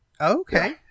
Okay